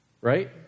Right